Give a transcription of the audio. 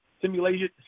simulation